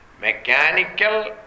Mechanical